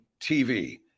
TV